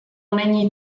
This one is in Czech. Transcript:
není